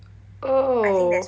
oh